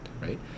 right